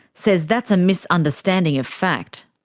says that's a misunderstanding of fact.